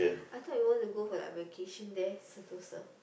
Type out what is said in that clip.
I thought you want to go for a vacation there Sentosa